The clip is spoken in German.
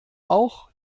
auch